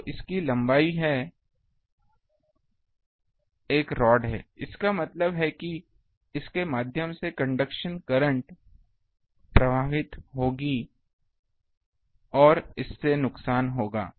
तो इसकी लंबाई है एक रॉड है इसका मतलब है कि इसके माध्यम से कंडक्शन करंट प्रवाहित होगी और इससे नुकसान होगा